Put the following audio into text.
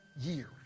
years